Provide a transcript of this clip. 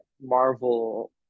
Marvel